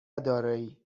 دارایی